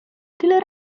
tyle